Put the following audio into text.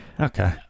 Okay